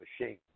machine